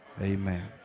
Amen